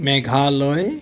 Meghalaya